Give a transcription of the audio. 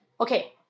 okay